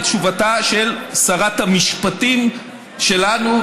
את תשובתה של שרת המשפטים שלנו,